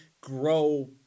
grow